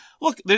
Look